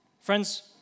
Friends